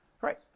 Right